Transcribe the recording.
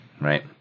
right